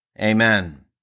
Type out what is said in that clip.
Amen